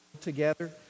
together